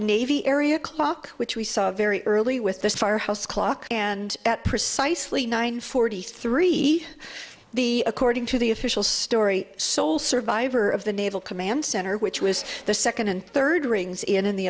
navy area clock which we saw a very early with this firehouse clock and at precisely nine forty three the according to the official story sole survivor of the naval command center which was the second and third rings in